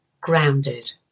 Grounded